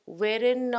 wherein